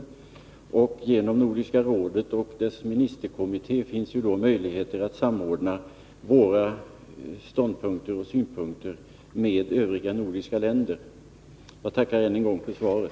Det finns därmed möjligheter att genom Nordiska rådet och dess ministerkommitté samordna våra ståndpunkter och synpunkter med övriga nordiska länders. Jag tackar än en gång för svaret.